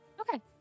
Okay